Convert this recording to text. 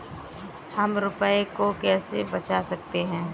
हम रुपये को कैसे बचा सकते हैं?